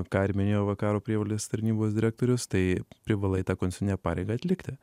ką ir minėjo va karo prievolės tarnybos direktorius tai privalai tą konstitucinę pareigą atlikti